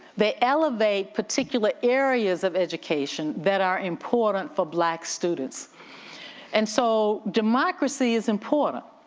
they elevate particular areas of education that are important for black students and so democracy is important.